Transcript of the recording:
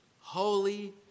holy